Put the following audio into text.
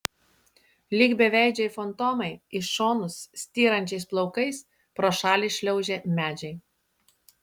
lyg beveidžiai fantomai į šonus styrančiais plaukais pro šalį šliaužė medžiai